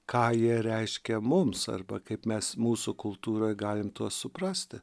ką jie reiškia mums arba kaip mes mūsų kultūroj galim suprasti